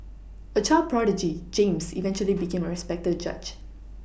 a child prodigy James eventually became a respected judge